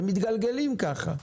זה מתגלגלים ככה.